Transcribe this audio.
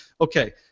Okay